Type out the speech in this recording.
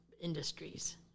industries